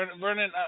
Vernon